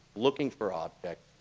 looking for objects,